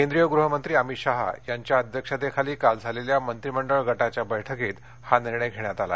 केंद्रीय गुहमंत्री अमित शहा यांच्या अध्यक्षतेखाली काल झालेल्या मंत्रिमंडळ गटाच्या बैठकीत हा निर्णय घेण्यात आला